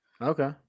Okay